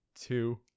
two